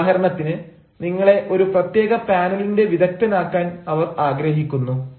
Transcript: ഉദാഹരണത്തിന് നിങ്ങളെ ഒരു പ്രത്യേക പാനലിന്റെ വിദഗ്ധൻ ആക്കാൻ അവർ ആഗ്രഹിക്കുന്നു